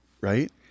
right